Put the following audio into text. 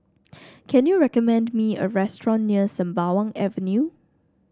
can you recommend me a restaurant near Sembawang Avenue